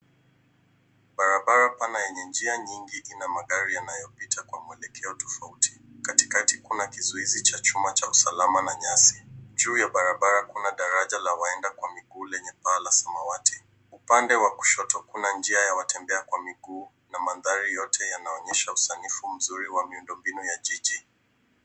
Barabara pana yenye njia nyingi ina magari yanayopita kwa mwelekeo tofauti . Katikati kuna kizuizi cha chuma cha usalama na nyasi. Juu ya barabara kuna daraja la waenda kwa miguu lenye paa la samawati. Upande wa kushoto kuna njia ya watembea kwa miguu na mandhari yote yanaonyesha usanifu mzuri wa miundombinu ya jiji.